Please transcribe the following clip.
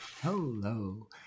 Hello